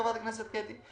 חברת הכנסת קטי.